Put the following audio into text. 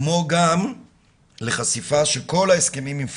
כמו גם לחשיפה של כל ההסכמים עם פייזר,